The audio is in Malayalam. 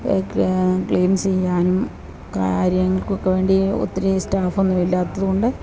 ക്ലീൻ ചെയ്യാനും കാര്യങ്ങൾക്കൊക്കെ വേണ്ടി ഒത്തിരി സ്റ്റാഫൊന്നും ഇല്ലാത്തതുകൊണ്ട്